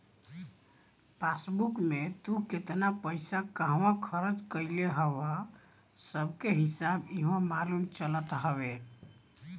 passbook में तू केतना पईसा कहवा खरच कईले हव उ सबकअ हिसाब इहवा मालूम चलत हवे